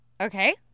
okay